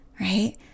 right